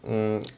mm